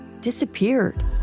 disappeared